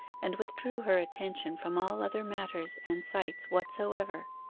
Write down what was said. and withdrew her attention from all other matters and sights whatsoever.